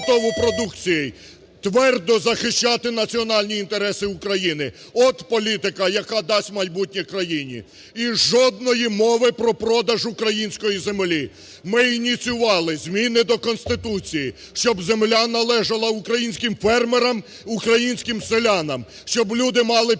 готову продукцію, твердо захищати національні інтереси України.От політика, яка дасть майбутнє країні. І жодної мови про продаж української землі. Ми ініціювали зміни до Конституції, щоб земля належала українським фермерам, українським селянам, щоб люди мали підтримку